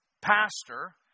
pastor